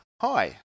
Hi